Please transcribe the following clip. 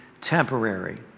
temporary